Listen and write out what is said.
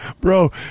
Bro